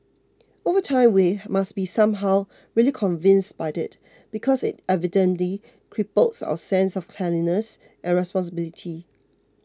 over time we must be somehow really convinced by it because it evidently cripples our sense of cleanliness and responsibility